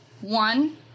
One